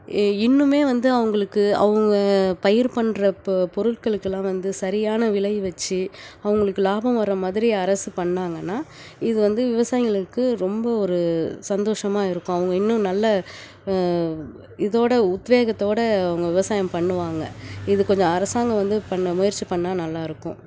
இன்னுமே வந்து அவங்களுக்கு அவங்க பயிர் பண்ணுற பொ பொருட்களுக்கெல்லாம் வந்து சரியான விலை வெச்சு அவங்களுக்கு லாபம் வர மாதிரி அரசு பண்ணிணாங்கன்னா இது வந்து விவசாயிங்களுக்கு ரொம்ப ஒரு சந்தோஷமாக இருக்கும் அவங்க இன்னும் நல்ல இதோடு உத்வேகத்தோடு அவங்க விவசாயம் பண்ணுவாங்க இது கொஞ்சம் அரசாங்கம் வந்து பண்ண முயற்சி பண்ணிணா நல்லாயிருக்கும்